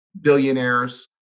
billionaires